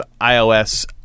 iOS